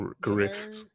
Correct